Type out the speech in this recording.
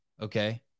Okay